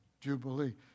Jubilee